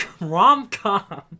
rom-com